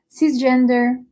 cisgender